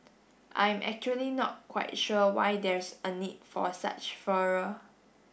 I am actually not quite sure why there's a need for a such furor